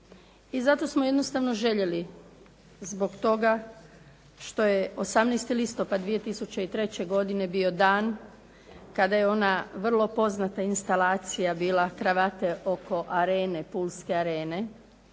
i zato smo jednostavno željeli zbog toga što je 18. listopad 2003. godine bio dan kada je ona vrlo poznata instalacija bila kravate oko arene, pulske Arene,